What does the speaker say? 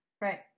Right